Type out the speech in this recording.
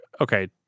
okay